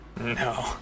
No